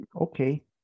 Okay